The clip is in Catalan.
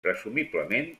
presumiblement